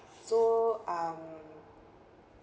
so um